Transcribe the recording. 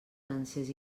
dansers